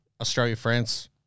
Australia-France